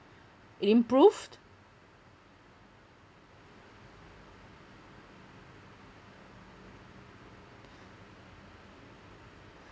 improved